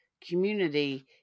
community